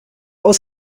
aus